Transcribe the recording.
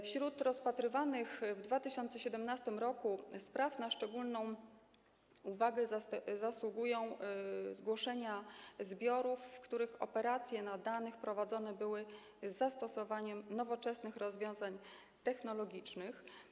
Wśród rozpatrywanych w 2017 r. spraw na szczególną uwagę zasługują zgłoszenia zbiorów, w których operacje na danych prowadzone były z zastosowaniem nowoczesnych rozwiązań technologicznych.